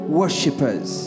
worshippers